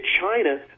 China